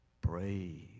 brave